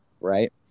right